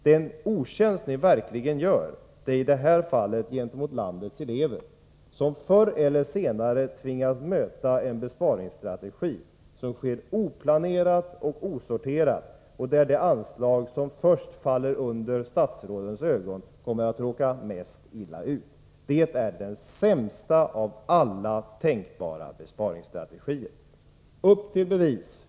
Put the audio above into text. Det är en otjänst ni gör, i detta fall gentemot landets elever, som förr eller senare tvingas möta en besparingsstrategi som sker oplanerat och osorterat, och där det anslag som först faller under statsrådets ögon kommer att råka mest illa ut. Det är den sämsta av alla tänkbara besparingsstrategier. Upp till bevis!